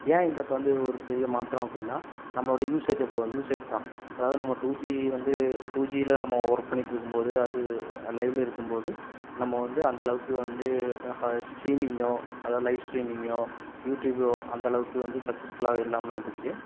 ஏன் இந்த இப்போ வந்து ஒரு பெரிய மாற்றம் அப்படின்னா நம்மளோட யூஸேஜ் அப்போ யூஸேஜ் தான் அதாவது நம்ம டூ ஜி வந்து டூ ஜியில நம்ம ஒர்க் பண்ணிட்டுருக்கும்போது அது லைவ்வில் இருக்கும்போது நம்ம வந்து அந்தளவுக்கு வந்து ஹா ஸ்ட்ரீமிங்கோ அதாவது லைவ் ஸ்ட்ரீமிங்கோ யூட்யூபோ அந்த அளவுக்கு வந்து சக்ஸஸ்ஃபுல்லாக இல்லாமல் இருந்துச்சு